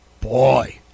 boy